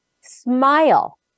Smile